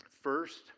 First